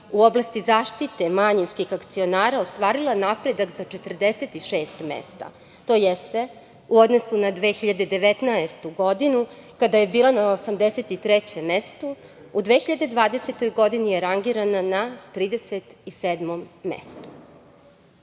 u oblasti zaštite manjinskih akcionara ostvarila napredak za 46 mesta, tj. u odnosu na 2019. godinu kada je bila na 83. mestu, u 2020. godini je rangirana na 37. mestu.U